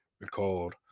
record